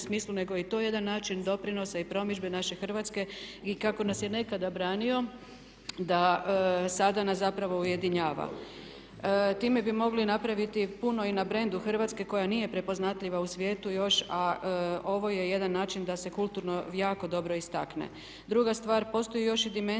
smislu nego je i to jedan način doprinosa i promidžbe naše Hrvatske. I kako nas je nekada branio da sada nas zapravo ujedinjava. Time bi mogli napraviti puno i na brendu Hrvatske koja nije prepoznatljiva u svijetu još, a ovo je jedan način da se kulturno jako dobro istakne. Druga stvar, postoji još i dimenzija